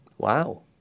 Wow